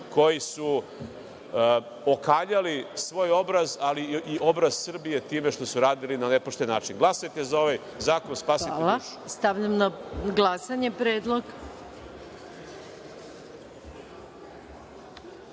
koji su okaljali svoj obraz, ali i obraz Srbije time što su radili na nepošten način. Glasajte za ovaj zakon. **Maja Gojković** Hvala. Stavljam na glasanje